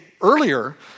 earlier